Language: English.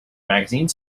magazine